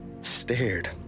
stared